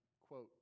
quote